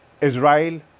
Israel